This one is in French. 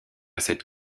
cette